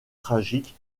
tragique